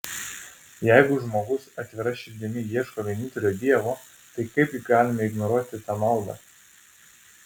jeigu žmogus atvira širdimi ieško vienintelio dievo tai kaipgi galime ignoruoti tą maldą